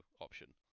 option